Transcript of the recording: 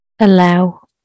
allow